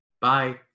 Bye